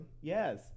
Yes